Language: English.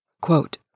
Quote